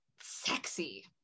sexy